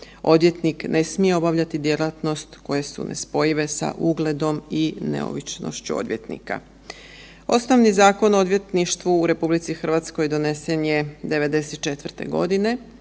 Odvjetnik ne smije obavljati djelatnost koje su nespojive sa ugledom i neovisnošću odvjetnika. Osnovni Zakon o odvjetništvu u RH donesen je '94. godine